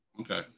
Okay